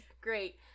great